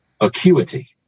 acuity